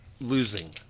...losing